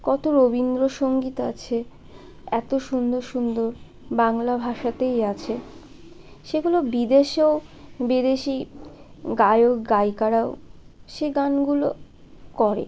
কত রবীন্দ্রসঙ্গীত আছে এত সুন্দর সুন্দর বাংলা ভাষাতেই আছে সেখানে বিদেশেও বিদেশী গায়ক গায়িকারাও সে গানগুলো করে